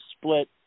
split